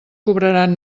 cobraran